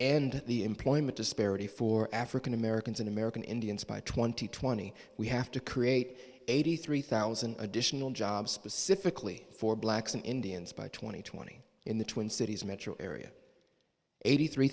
end the employment disparity for african americans in american indians by twenty twenty we have to create eighty three thousand additional jobs specifically for blacks and indians by two thousand and twenty in the twin cities metro area eighty three